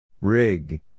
Rig